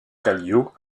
kallio